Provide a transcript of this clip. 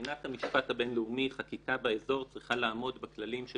מבחינת המשפט הבינלאומי חקיקה באזור צריכה לעמוד בכללים של